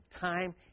time